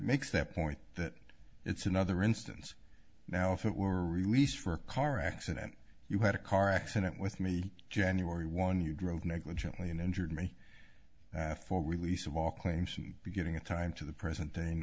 makes that point that it's another instance now if it were released for a car accident you had a car accident with me january one you drove negligently and injured me for release of all claims and beginning of time to the present